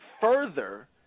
further